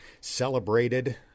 celebrated